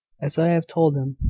as i have told him.